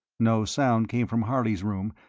no sound came from harley's room,